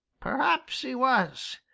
perhaps he was,